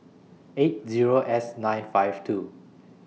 eight Zero S nine five two